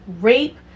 rape